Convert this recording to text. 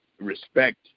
respect